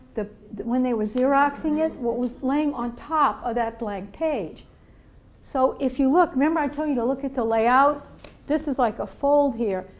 when they were xeroxing it, was laying on top of that blank page so if you look, remember i told you to look at the layout this is like a fold here,